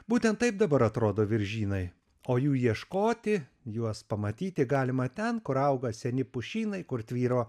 būtent taip dabar atrodo viržynai o jų ieškoti juos pamatyti galima ten kur auga seni pušynai kur tvyro